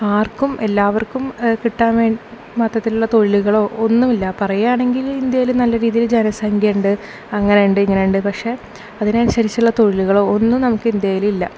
ആർക്കും എല്ലാവർക്കും കിട്ടാൻ വേണ്ടി മൊത്തത്തിൽ തൊഴിലുകളോ ഒന്നുമല്ല പറയുകയാണെങ്കിൽ ഇന്ത്യയിൽ നല്ല രീതിയിൽ ജന സംഖ്യ ഉണ്ട് അങ്ങനെ ഉണ്ട് ഇങ്ങനെ ഉണ്ട് പക്ഷേ അതിന് അനുസരിച്ചുള്ള തൊഴിലുകളോ ഒന്നും നമുക്ക് ഇന്ത്യയിലില്ല